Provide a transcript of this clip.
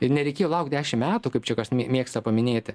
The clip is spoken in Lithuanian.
ir nereikėjo laukt dešim metų kaip čia kas mė mėgsta paminėti